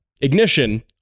ignition